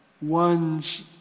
one's